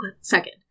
second